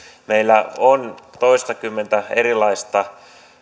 meillä on toistakymmentä erilaista